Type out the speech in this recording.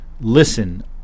listen